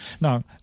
Now